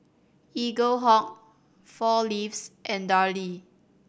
Eaglehawk Four Leaves and Darlie